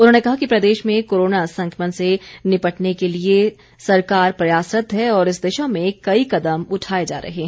उन्होंने कहा कि प्रदेश में कोरोना संक्रमण से निपटने के लिए सरकार प्रयासरत्त है और इस दिशा में कई कदम उठाए जा रहे हैं